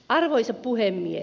arvoisa puhemies